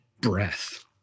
breath